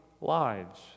lives